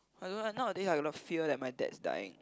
I don't know nowadays I got a lot of fear that my dad's dying